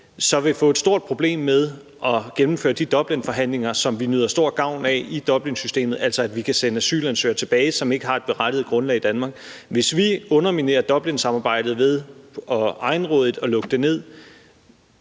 vil få et stort problem med at gennemføre de Dublinforhandlinger, som vi nyder stor gavn af i Dublinsystemet, altså at vi kan sende asylansøgere, som ikke har et berettiget grundlag i Danmark, tilbage. Hvis vi underminerer Dublinsamarbejdet ved egenrådigt at lukke det ned,